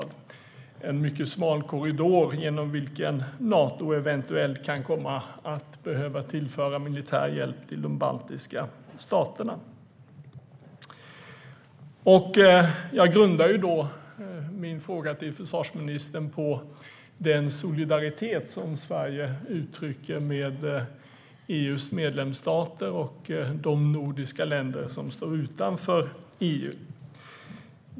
Det är en mycket smal korridor genom vilken Nato eventuellt kan komma att behöva tillföra militär hjälp till de baltiska staterna. Jag grundar min fråga till försvarsministern på den solidaritet Sverige uttrycker med EU:s medlemsstater och de nordiska länder som står utanför EU.